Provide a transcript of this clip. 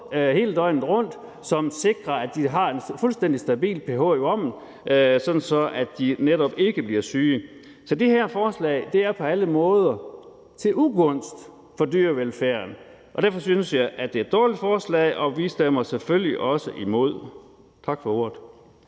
hele døgnet rundt, som sikrer, at de har en fuldstændig stabil pH i vommen, sådan at de netop ikke bliver syge. Så det her forslag er på alle måder til ugunst for dyrevelfærden, og derfor synes jeg, at det er et dårligt forslag, og vi stemmer selvfølgelig også imod. Tak for ordet.